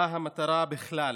מה המטרה בכלל?